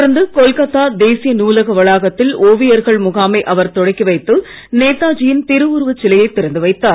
தொடர்ந்து கொல்கத்தா தேசிய நூலக வளாகத்தில் ஜவியர்கள் முகாமை அவர் தொடக்கி வைத்து நேதாஜியின் திரு உருவச் சிலையை திறந்து வைத்தார்